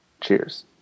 Cheers